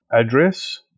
address